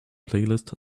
playlist